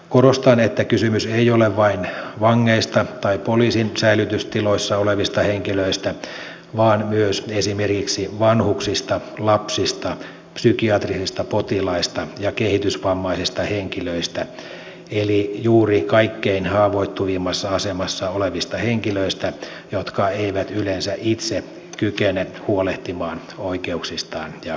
korostan että kysymys ei ole vain vangeista tai poliisin säilytystiloissa olevista henkilöistä vaan myös esimerkiksi vanhuksista lapsista psykiatrisista potilaista ja kehitysvammaisista henkilöistä eli juuri kaikkein haavoittuvimmassa asemassa olevista henkilöistä jotka eivät yleensä itse kykene huolehtimaan oikeuksistaan ja kohtelustaan